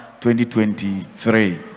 2023